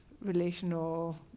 relational